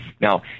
now